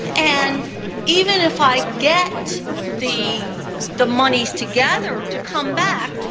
and even if i get the the monies together to come back,